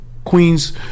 Queens